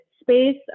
space